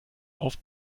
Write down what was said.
auf